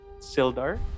Sildar